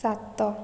ସାତ